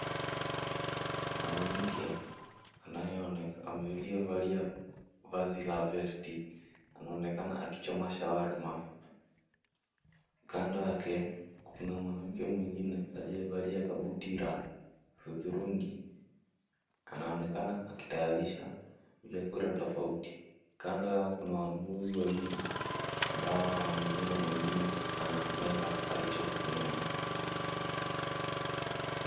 Mwanamke aliyevalia vazi la vesti anaonekana akichoma shawarma. Kando yake kuna mwanamke mwingine aliyevalia kabuti la hudhurungi. Anaonekana akitayarisha vyakula tofauti. Kando yao kuna wanunuzi wawili ambao wananunua na mwingine anameza alichonunua.